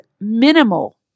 minimal